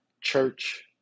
church